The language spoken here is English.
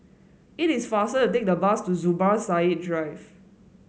it is faster to take the bus to Zubir Said Drive